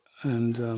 and